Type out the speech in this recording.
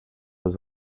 was